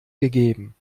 gegeben